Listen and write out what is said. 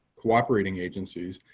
cooperating agencies,